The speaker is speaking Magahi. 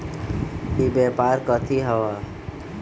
ई व्यापार कथी हव?